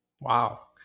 Wow